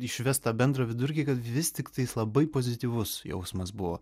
išvest tą bendrą vidurkį kad vis tiktais labai pozityvus jausmas buvo